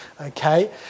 okay